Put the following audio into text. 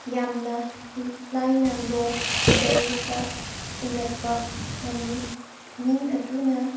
ꯌꯥꯝꯅ ꯂꯥꯏꯅ ꯂꯣ ꯏꯟꯇꯔꯦꯁꯇ ꯁꯤꯡꯒꯠꯄ ꯉꯝꯃꯤ ꯃꯤ ꯑꯗꯨꯅ